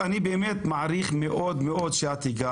וגם זה מעניין אותם לעשות את זה,